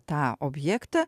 tą objektą